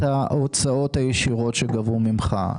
ההוצאות הישירות שגבו ממך,